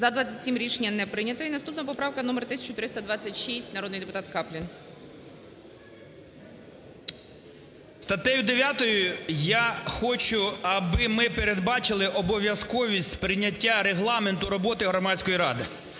За-27 Рішення не прийняте. І наступна поправка - номер 1326. Народний депутат Каплін. 11:25:56 КАПЛІН С.М. Статтею 9 я хочу, аби ми передбачили обов'язковість прийняття регламенту роботи Громадської ради.